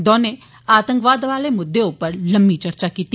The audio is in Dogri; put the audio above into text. दौने आतंकवाद आले मुद्दे उप्पर लम्मी चर्चा कीती